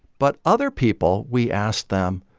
but other people, we asked them,